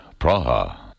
Praha